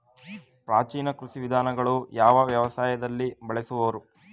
ಪ್ರಾಚೀನ ಕೃಷಿ ವಿಧಾನಗಳನ್ನು ಯಾವ ವ್ಯವಸಾಯದಲ್ಲಿ ಬಳಸುವರು?